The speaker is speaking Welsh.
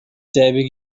debyg